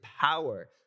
power